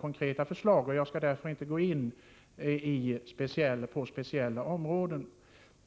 konkreta förslag, och jag skall därför inte gå in på speciella områden.